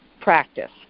practice